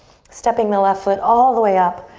stepping the left foot all the way up,